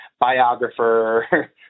biographer